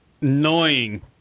Annoying